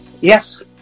Yes